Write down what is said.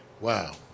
Wow